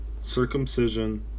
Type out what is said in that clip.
circumcision